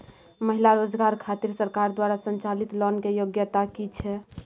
महिला रोजगार खातिर सरकार द्वारा संचालित लोन के योग्यता कि छै?